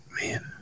man